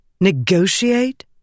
Negotiate